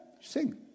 sing